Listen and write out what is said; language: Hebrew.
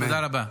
תודה רבה.